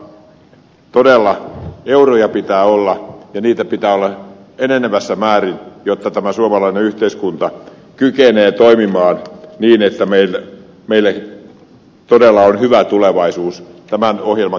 mutta todella euroja pitää olla ja niitä pitää olla enenevässä määrin jotta tämä suomalainen yhteiskunta kykenee toimimaan niin että meillä todella on hyvä tulevaisuus tämän ohjelman